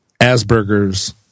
Asperger's